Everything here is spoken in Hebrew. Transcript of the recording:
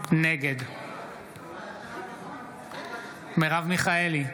נגד מרב מיכאלי,